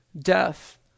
death